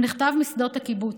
הוא נחטף משדות הקיבוץ.